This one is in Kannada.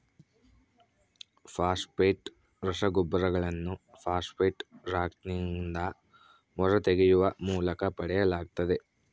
ಫಾಸ್ಫೇಟ್ ರಸಗೊಬ್ಬರಗಳನ್ನು ಫಾಸ್ಫೇಟ್ ರಾಕ್ನಿಂದ ಹೊರತೆಗೆಯುವ ಮೂಲಕ ಪಡೆಯಲಾಗ್ತತೆ